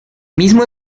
mismo